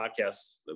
podcasts